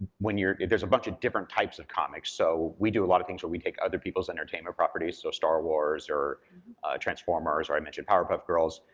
when you're, there's a bunch of different types of comics. so we do a lot of things where we take other people's entertainment properties, so star wars or transformers, or i mentioned powerpuff girls,